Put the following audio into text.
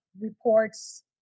reports